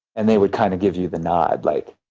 and they would kind of give you the nod. like,